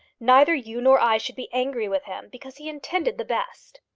neither you nor i should be angry with him because he intended the best.